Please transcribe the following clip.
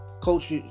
coach